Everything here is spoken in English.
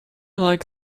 like